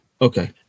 Okay